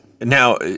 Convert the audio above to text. now